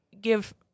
give